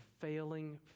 failing